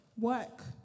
work